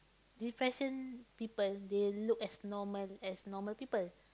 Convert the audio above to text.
depression people they look as normal as normal people